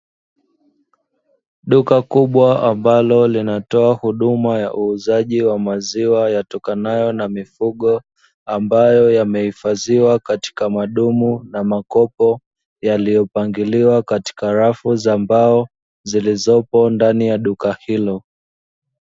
Duka kubwa ambalo linatoa huduma ya uuzaji wa maziwa yatokanayo na mifugo, ambayo yamehifadhiwa katika madumu na makopo yaliyopangiliwa katika rafu za mbao, zilizopo ndani ya duka hilo.